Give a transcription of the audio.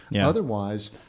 Otherwise